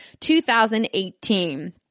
2018